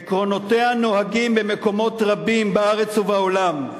עקרונותיה נוהגים במקומות רבים בארץ ובעולם.